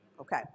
Okay